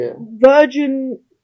virgin